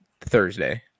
Thursday